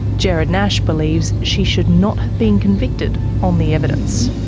gerard nash believes she should not have been convicted on the evidence.